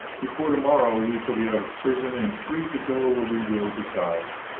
before to-morrow we shall be out of prison, and free to go where we will, besides.